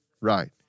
right